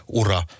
ura